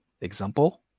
example